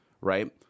Right